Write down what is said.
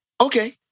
Okay